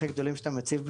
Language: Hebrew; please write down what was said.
רכשה